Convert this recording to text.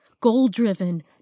goal-driven